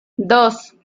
dos